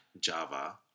Java